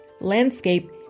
landscape